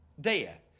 death